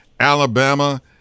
Alabama